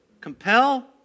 Compel